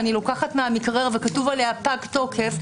שאני לוקחת מהמקרר וכתוב עליה פג תוקף,